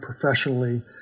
professionally